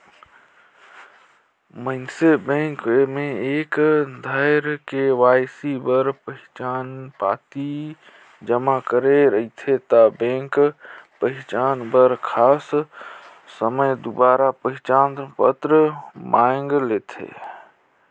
मइनसे बेंक में एक धाएर के.वाई.सी बर पहिचान पाती जमा करे रहथे ता बेंक पहिचान बर खास समें दुबारा पहिचान पत्र मांएग लेथे